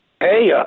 Hey